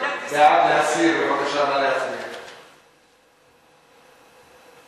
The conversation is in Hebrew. היא ביקורת